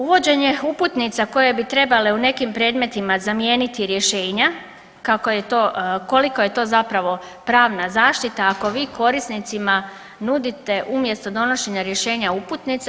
Uvođenje uputnica koje bi trebale u nekim predmetima zamijeniti rješenja koliko je to zapravo pravna zaštita, ako vi korisnicima nudite umjesto donošenja rješenja uputnice.